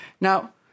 Now